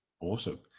Awesome